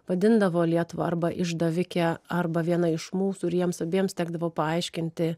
vadindavo lietuvą arba išdavike arba viena iš mūsų ir jiems abiems tekdavo paaiškinti